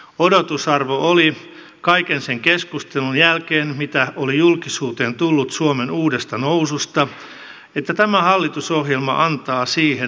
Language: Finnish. odotusarvo oli kaiken sen keskustelun jälkeen mitä oli julkisuuteen tullut suomen uudesta noususta että tämä hallitusohjelma antaa siihen nousuun eväät